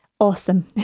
awesome